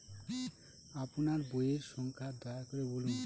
আপনার বইয়ের সংখ্যা দয়া করে বলুন?